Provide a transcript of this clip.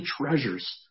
treasures